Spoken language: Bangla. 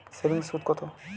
সেভিংসে সুদ কত?